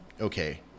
okay